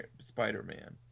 Spider-Man